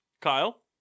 Kyle